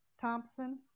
Thompson